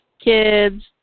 kids